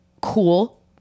cool